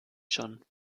schon